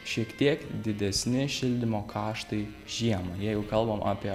šiek tiek didesni šildymo kaštai žiemą jeigu kalbam apie